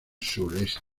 sureste